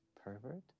Pervert